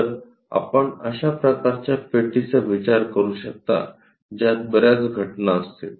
तर आपण अश्या प्रकारच्या पेटीचा विचार करू शकता ज्यात बर्याच घटना असतील